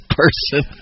person